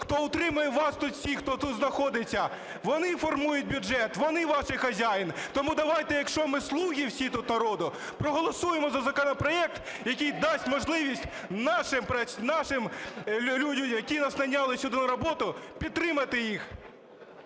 хто утримує вас тут всіх, хто тут знаходиться. Вони формують бюджет, вони ваші хазяїни. Тому давайте, якщо ми слуги всі тут народу, проголосуємо за законопроект, який дасть можливість нашим.... ті, що нас найняли сюди на роботу, підтримати їх.